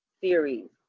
series